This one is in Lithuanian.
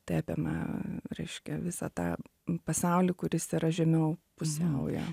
tai apima reiškia visą tą pasaulį kuris yra žemiau pusiaujo